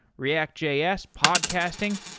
react js, podcasting,